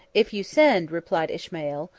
if you send, replied ismael,